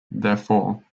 therefore